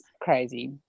crazy